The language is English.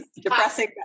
depressing